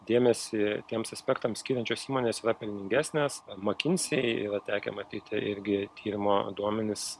dėmesį tiems aspektams skiriančios įmonės yra pelningesnės makinsei yra tekę matyti irgi tyrimo duomenis